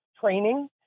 training